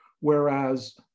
Whereas